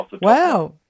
Wow